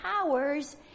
powers